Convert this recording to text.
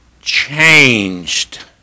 changed